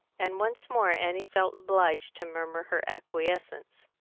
and once more annie felt obliged to murmur her acquiescence.